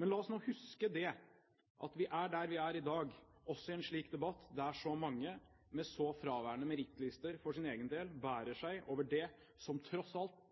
Men la oss nå huske det, at vi er der vi er i dag – også i en slik debatt, der så mange med så fraværende merittlister for sin egen del bærer seg over det som tross alt